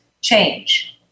change